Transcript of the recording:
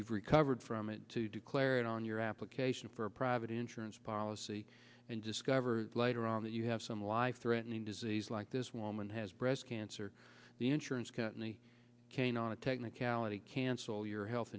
you've recovered from it to declare it on your application for a private insurance policy and discover later on that you have some life threatening disease like this woman has breast cancer the insurance company came on a technicality cancel your health